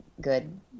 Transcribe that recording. good